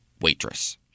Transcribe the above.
waitress